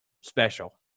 special